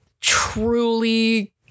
truly